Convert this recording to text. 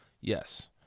Yes